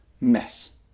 mess